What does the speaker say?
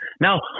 Now